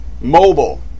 mobile